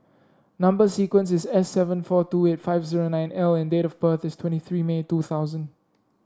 number sequence is S seven four two eight five zero nine L and date of birth is twenty three May two thousand